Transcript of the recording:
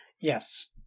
Yes